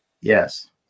Yes